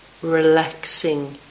relaxing